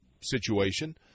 situation